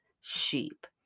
sheep